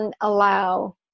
allow